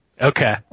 Okay